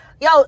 yo